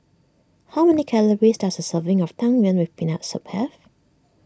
how many calories does a serving of Tang Yuen with Peanut Soup have